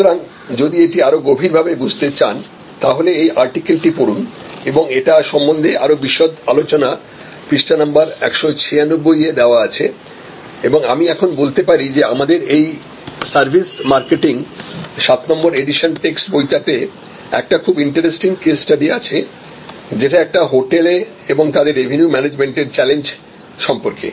সুতরাং যদি এটি আরও গভীর ভাবে সাথে বুঝতে চান তাহলে এই আর্টিকেলটি পড়ুন এবং এটা সম্বন্ধে আরও বিশদ আলোচনা পৃষ্ঠা নম্বর 196 এ দেওয়া আছে এবং আমি এখন বলতে পারি যে আমাদের এই সার্ভিস মার্কেটিং 7 এডিশন টেক্সট বইটাতে একটা খুব ইন্টারেস্টিং কেস স্টাডি আছে যেটা একটা হোটেল এবং তাদের রেভিনিউ ম্যানেজমেন্টের চ্যালেঞ্জ সম্পর্কে